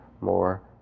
more